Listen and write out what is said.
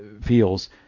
feels